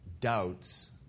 doubts